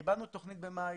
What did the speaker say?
קיבלנו תוכנית במאי,